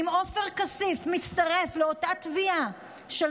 אם עופר כסיף מצטרף לאותה תביעה של